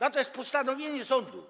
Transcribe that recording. Na to jest postanowienie sądu.